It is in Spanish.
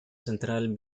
central